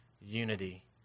unity